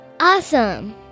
Awesome